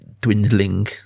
dwindling